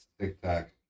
TikTok